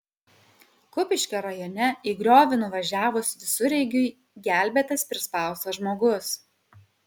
kupiškio rajone į griovį nuvažiavus visureigiui gelbėtas prispaustas žmogus